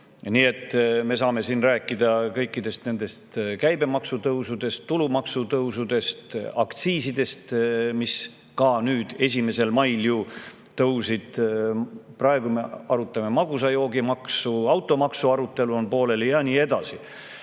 Nii et me saame siin rääkida kõikidest nendest käibemaksutõusudest, tulumaksutõusudest ja aktsiisidest, mis ka 1. mail ju tõusid. Praegu me arutame magusa joogi maksu, automaksu arutelu on pooleli ja nii edasi.